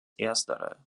erstere